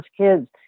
kids